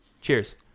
Cheers